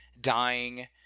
dying